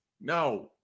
No